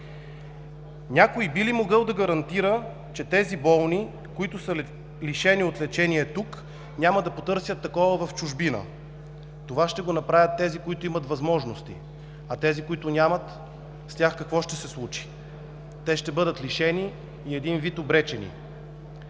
Някой би ли могъл да гарантира, че тези болни, които са лишени от лечение тук, няма да потърсят такова в чужбина? Това ще го направят тези, които имат възможности, а тези, които нямат? С тях какво ще се случи? Те ще бъдат лишени и един вид обречени!